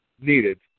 needed